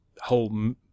whole